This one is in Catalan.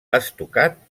estucat